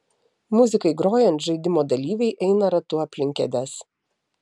muzikai grojant žaidimo dalyviai eina ratu aplink kėdes